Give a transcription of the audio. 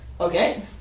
Okay